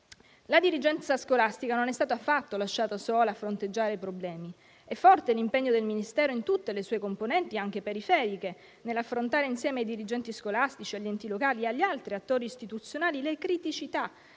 La dirigenza scolastica non è stato affatto lasciata sola a fronteggiare i problemi. È forte l'impegno del Ministero, in tutte le sue componenti, anche periferiche, nell'affrontare insieme ai dirigenti scolastici, agli enti locali e agli altri attori istituzionali le criticità